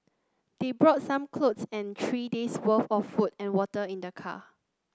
they brought some clothes and three days'worth of food and water in their car